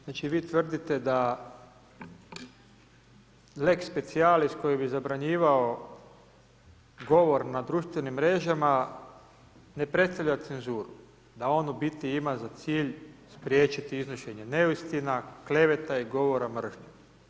Znači vi tvrdite da lex speciallis koji bi zabranjivao govor na društvenim mrežama ne predstavlja cenzuru, da on u biti ima za cilj spriječiti iznošenje neistina, kleveta i govora mržnje.